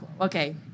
okay